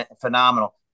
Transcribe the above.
phenomenal